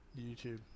YouTube